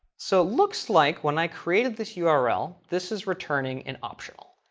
so it looks like when i created this yeah url, this is returning an optional.